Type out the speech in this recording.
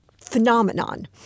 phenomenon